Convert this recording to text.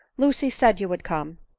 lucy said you would come,